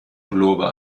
pullover